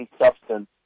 substance